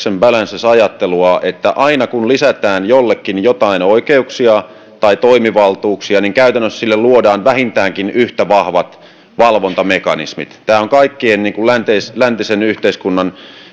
balances ajattelua että aina kun lisätään jollekin joitain oikeuksia tai toimivaltuuksia niin käytännössä sille luodaan vähintäänkin yhtä vahvat valvontamekanismit tämä on kaikkien läntisen läntisen yhteiskunnan